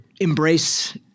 embrace –